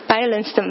Violence